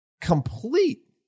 complete